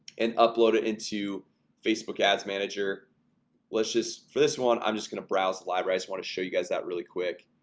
and upload it into facebook ads manager well, it's just for this one. i'm just gonna browse the library. i want to show you guys that really quick